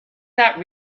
that